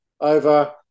over